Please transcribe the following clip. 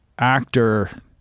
actor